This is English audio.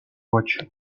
watch